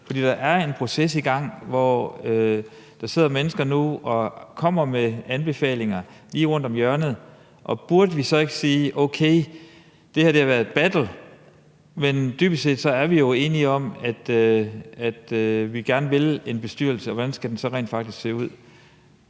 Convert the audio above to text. der er en proces i gang, hvor der sidder mennesker, som kommer med nogle anbefalinger, og de er lige om hjørnet, så burde vi så ikke sige: Okay, det her har været et battle, men dybest set er vi jo enige om, at vi gerne vil have en bestyrelse, og hvordan skal den så rent faktisk ser ud?